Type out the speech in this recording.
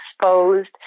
exposed